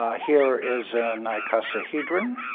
ah here is an icosahedron,